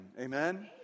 Amen